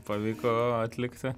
pavyko atlikti